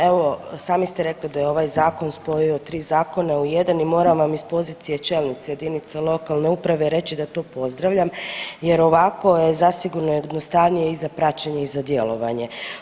Evo sami ste rekli da je ovaj zakon spojio tri zakona u jedan i moram vam iz pozicije čelnice jedinice lokalne uprave reći da to pozdravljam jer ovako je zasigurno jednostavnije i za praćenje i za djelovanje.